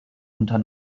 unter